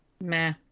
Meh